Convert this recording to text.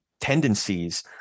tendencies